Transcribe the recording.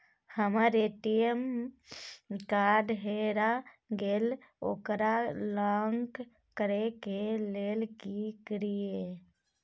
हमर ATM card हेरा गेल ओकरा लॉक करै के लेल की करियै?